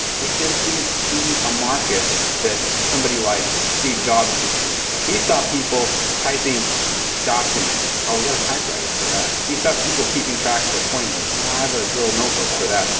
they just didn't see a market that somebody like steve jobs could see. he saw people typing documents. oh, we got a typewriter for that! he saw people keeping track of appointments. i have a little notebook for that!